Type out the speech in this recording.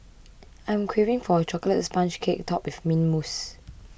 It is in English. I am craving for a Chocolate Sponge Cake Topped with Mint Mousse